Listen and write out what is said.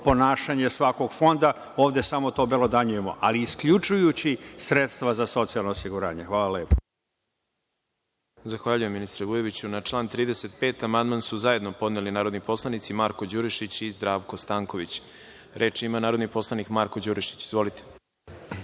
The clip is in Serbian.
ponašanje svakog fonda. Ovde samo to obelodanjujemo, ali isključujući sredstva za socijalno osiguranje. Hvala.